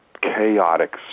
chaotic